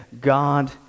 God